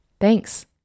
Thanks